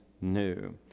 new